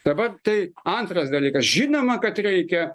dabar tai antras dalykas žinoma kad reikia